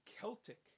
Celtic